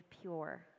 pure